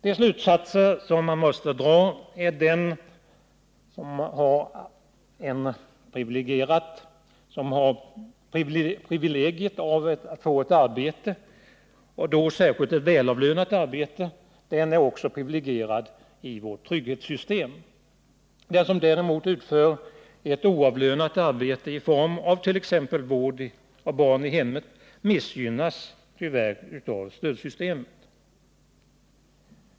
De slutsatser som man måste dra är att den som har privilegiet att få ett arbete — och då särskilt den som har ett välavlönat arbete — också är privilegierad i vårt trygghetssystem. Den däremot som utför ett oavlönat arbete i form av t.ex. vård av barn i hemmet missgynnas tyvärr av stödsystemet.